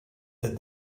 that